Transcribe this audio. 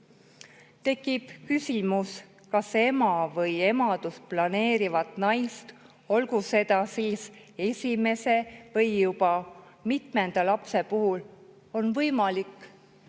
küsimus, kas ema või emadust planeerivat naist, olgu seda siis esimese või juba mitmenda lapse puhul, on võimalik